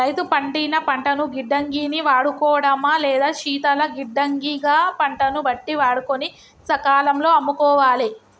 రైతు పండిన పంటను గిడ్డంగి ని వాడుకోడమా లేదా శీతల గిడ్డంగి గ పంటను బట్టి వాడుకొని సకాలం లో అమ్ముకోవాలె